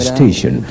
Station